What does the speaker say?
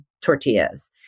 tortillas